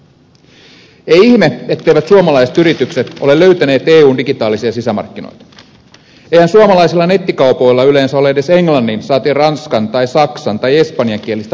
ei ihme etteivät suomalaiset yritykset ole löytäneet eun digitaalisia sisämarkkinoita eihän suomalaisilla nettikaupoilla yleensä ole edes englannin saati ranskan tai saksan tai espanjankielistä palve luakaan